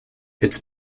its